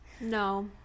no